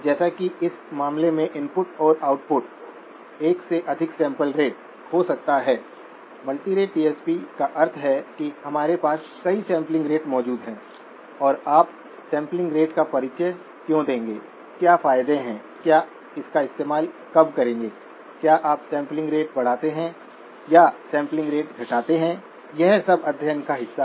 जैसा कि हमने पाठ्यक्रम की शुरुआत में चर्चा की थी इंक्रीमेंटल पिक्चर की उपयोगिता केवल इंक्रीमेंट की गणना करना है